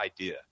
idea